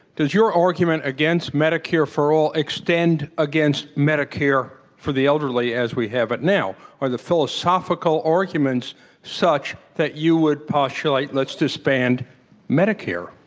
does your argument against medicare for all extend against medicare for the elderly as we have it now? are the philosophical arguments such that you would postulate, let's disband medicare?